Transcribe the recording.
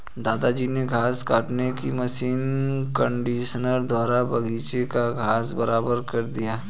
दादाजी ने घास काटने की मशीन कंडीशनर द्वारा बगीची का घास बराबर कर दिया